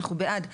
אנחנו בעד,